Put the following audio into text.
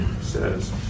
says